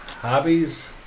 Hobbies